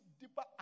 deeper